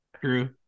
true